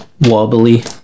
Wobbly